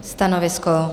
Stanovisko?